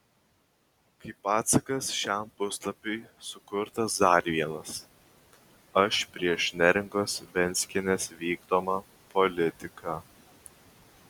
kaip atsakas šiam puslapiui sukurtas dar vienas aš prieš neringos venckienės vykdomą politiką